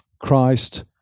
Christ